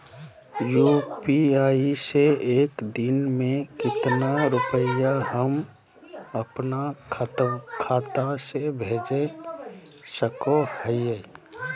UPI से एक दिन में कितना रुपैया हम अपन खाता से भेज सको हियय?